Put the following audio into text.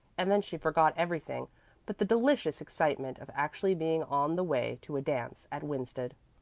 and then she forgot everything but the delicious excitement of actually being on the way to a dance at winsted.